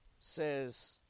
says